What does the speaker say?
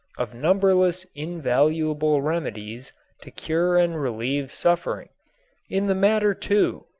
of numberless invaluable remedies to cure and relieve suffering in the matter, too,